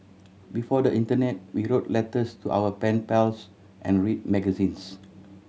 before the internet we wrote letters to our pen pals and read magazines